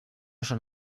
són